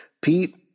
Pete